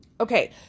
Okay